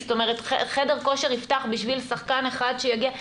זאת אומרת, חדר כושר יפתח בשביל שחקן אחד שיגיע?